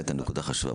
העלית נקודה חשובה.